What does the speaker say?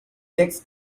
takes